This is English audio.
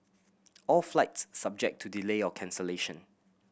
all flights subject to delay or cancellation